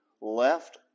left